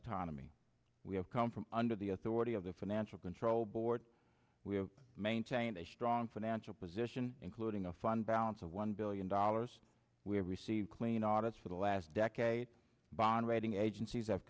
autonomy we have come from under the authority of the financial control board we have maintained a strong financial position including a fund balance of one billion dollars we have received clean audits for the last decade bond rating agencies have